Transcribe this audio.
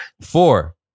Four